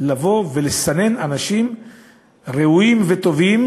לבוא ולסנן אנשים ראויים וטובים,